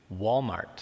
Walmart